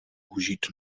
použít